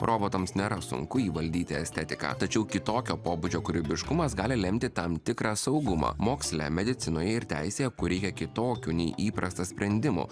robotams nėra sunku įvaldyti estetiką tačiau kitokio pobūdžio kūrybiškumas gali lemti tam tikrą saugumą moksle medicinoje ir teisėje kur reikia kitokių nei įprasta sprendimų